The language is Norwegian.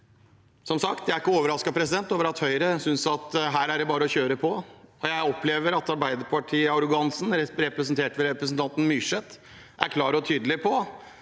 som sagt ikke overrasket over at Høyre synes at her er det bare å kjøre på. Jeg opplever også at Arbeiderparti-arrogansen, representert ved representanten Myrseth, er klar og tydelig: